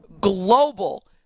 global